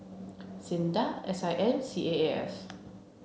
SINDA S I M C A A S